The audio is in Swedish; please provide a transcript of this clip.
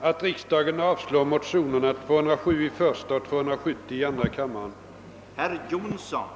Herr talman! Expressens ledarartiklar är inte föremål för kammarens behandling i dag.